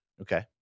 Okay